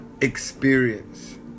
experience